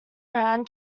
round